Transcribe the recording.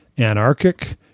anarchic